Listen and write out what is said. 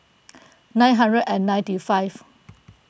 nine hundred and ninety five